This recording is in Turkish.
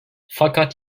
fakat